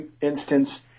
instance